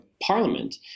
Parliament